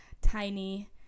tiny